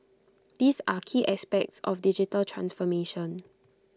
these are key aspects of digital transformation